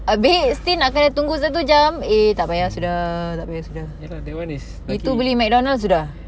abeh still nak tunggu satu jam eh tak payah sudah tak payah sudah itu beli mcdonald's sudah